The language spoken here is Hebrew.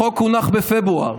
החוק הונח בפברואר.